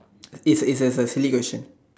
it's it's a it's a silly question